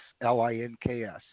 L-I-N-K-S